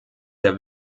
der